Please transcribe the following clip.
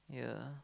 yeah